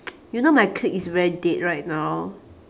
you know my clique is very dead right now